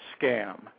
scam